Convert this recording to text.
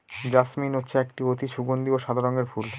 jasmine হচ্ছে একটি অতি সগন্ধি ও সাদা রঙের ফুল